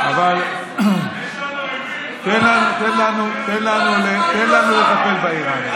תן לנו לטפל באיראנים.